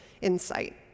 insight